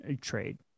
trade